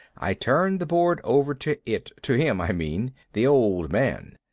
i turned the board over to it to him, i mean. the old man.